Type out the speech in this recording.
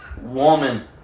woman